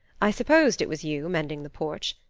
i supposed it was you, mending the porch.